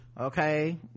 Okay